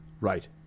Right